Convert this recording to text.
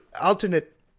alternate